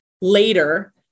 later